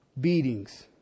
Beatings